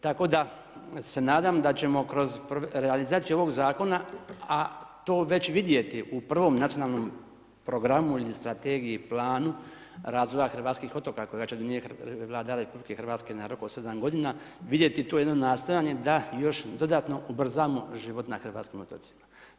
Tako da se nadam da ćemo kroz realizaciju ovog zakona, a to već vidjeti u prvom nacionalnom programu ili strategiji ili planu razvoja hrvatskih otoka, … vlada RH na rok od 7 g. vidjeti to jedno nastojanje, da još dodatno ubrzamo život na hrvatskim otocima.